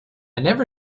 never